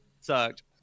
Sucked